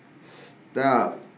Stop